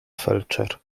felczer